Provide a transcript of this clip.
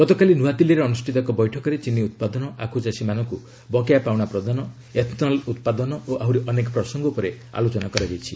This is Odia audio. ଗତକାଲି ନୂଆଦିଲ୍ଲୀରେ ଅନୁଷ୍ଠିତ ଏକ ବୈଠକରେ ଚିନି ଉତ୍ପାଦନ ଆଖୁଚାଷୀମାନଙ୍କୁ ବକେୟା ପାଉଣା ପ୍ରଦାନ ଏଥନଲ୍ ଉତ୍ପାଦନ ଓ ଆହୁରି ଅନେକ ପ୍ରସଙ୍ଗ ଉପରେ ଆଲୋଚନା କରାଯାଇଛି